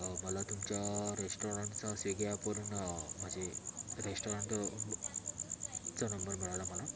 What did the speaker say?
मला तुमच्या रेस्टॉरंटचा स्विगी ॲपवरून म्हणजे रेस्टॉरंट चा नंबर मिळाला मला